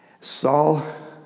Saul